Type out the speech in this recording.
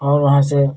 और वहाँ से